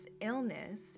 illness